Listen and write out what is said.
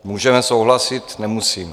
Můžeme souhlasit, nemusíme.